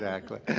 exactly.